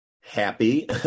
happy